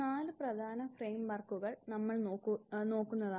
നാല് പ്രധാന ഫ്രെയിം വർക്കുകൾ നമ്മൾ നോക്കുന്നതാണ്